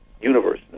universe